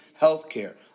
Healthcare